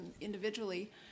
individually